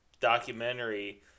documentary